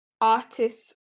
artists